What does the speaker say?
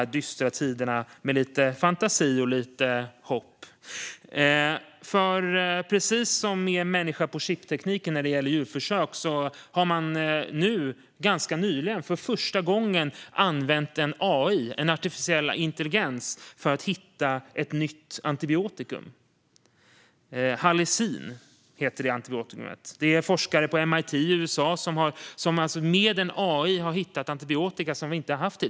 Vi kan göra det med lite fantasi och hopp, som exemplet med människa på chip visar när det gäller djurförsök. Ganska nyligen har man för första gången använt AI, artificiell intelligens, för att hitta ett nytt antibiotikum. Det heter halicin. Forskare på MIT i USA har med AI hittat ett antibiotikum som vi tidigare inte har haft.